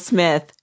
Smith